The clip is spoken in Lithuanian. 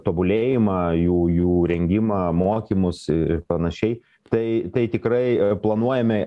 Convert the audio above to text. tobulėjimą jų jų rengimą mokymus ir panašiai tai tai tikrai planuojame